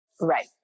right